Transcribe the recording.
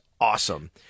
awesome